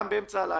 גם באמצע הלילה.